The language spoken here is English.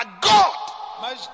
God